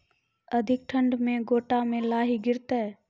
अधिक ठंड मे गोटा मे लाही गिरते?